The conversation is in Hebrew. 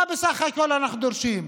מה בסך הכול אנחנו דורשים?